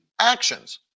actions